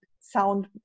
sound